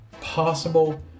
possible